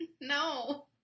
No